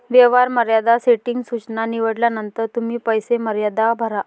व्यवहार मर्यादा सेटिंग सूचना निवडल्यानंतर तुम्ही पैसे मर्यादा भरा